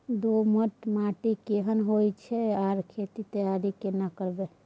दोमट माटी केहन होय छै आर खेत के तैयारी केना करबै?